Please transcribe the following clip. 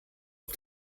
auf